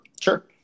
Sure